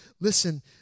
listen